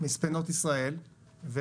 מספנות ישראל.